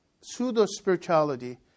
pseudo-spirituality